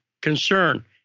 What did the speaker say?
concern